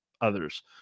others